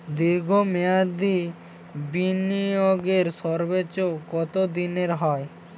দীর্ঘ মেয়াদি বিনিয়োগের সর্বোচ্চ কত দিনের হয়?